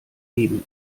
eben